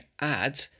add